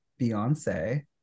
Beyonce